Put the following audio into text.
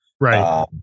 Right